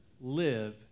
live